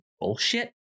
bullshit